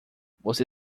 você